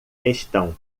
estão